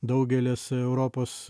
daugelis europos